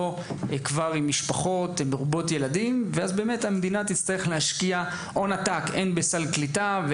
כבר עם משפחה והרבה ילדים ואז מדינה תצטרך להשקיע הון עתק בסל קליטה,